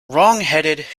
wrongheaded